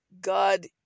God